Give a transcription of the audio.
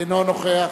אינו נוכח